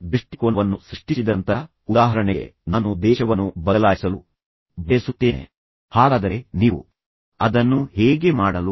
ನೀವು ಸಮಸ್ಯೆಗಳನ್ನು ಸ್ಪಷ್ಟವಾಗಿ ಅರ್ಥಮಾಡಿಕೊಂಡಿದ್ದೀರಿ ಮತ್ತು ನೀವು ಅವರಿಗೆ ಸಹಾಯ ಮಾಡಲು ಬಂದಿದ್ದೀರಿ ಎಂದು ಇಬ್ಬರಿಗೂ ಅನಿಸುವಂತೆ ಮಾಡಿ